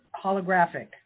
Holographic